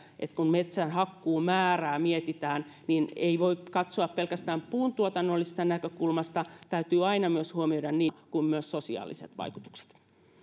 kun metsänhakkuumäärää mietitään niin ei sitä voida katsoa pelkästään puuntuotannollisesta näkökulmasta täytyy aina myös huomioida niin ilmastonäkökulma monimuotoisuusnäkökulma kuin myös sosiaaliset vaikutukset